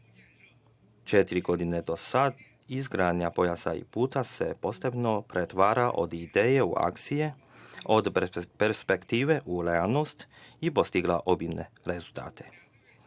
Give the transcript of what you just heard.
Četiri godine do sada, izgradnja pojasa i puta se postepeno pretvara od ideje u akciju, od perspektive u realnost i postigla je obimne rezultate.